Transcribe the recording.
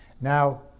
Now